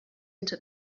into